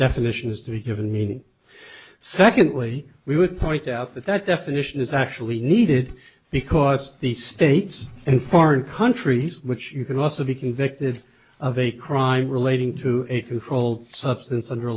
definition has to be given meaning secondly we would point out that that definition is actually needed because the states and foreign countries which you can also be convicted of a crime relating to a controlled substance